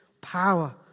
power